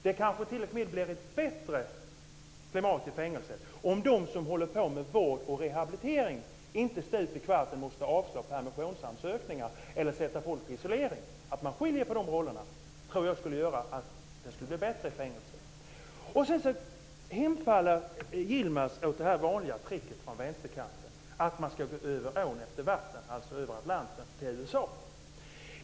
Det kanske t.o.m. blir ett bättre klimat i fängelset om de som håller på med vård och rehabilitering inte stup i kvarten måste avslå permissionsansökningar eller sätta folk i isolering. Att man skiljer på de rollerna tror jag skulle göra att det skulle bli bättre i fängelset. Sedan hemfaller Yilmaz åt det vanliga tricket från vänsterkanten, att man ska gå över ån efter vatten, alltså över Atlanten till USA.